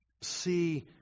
See